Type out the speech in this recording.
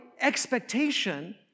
expectation